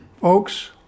Folks